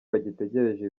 bagitegereje